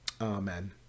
amen